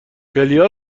کایلا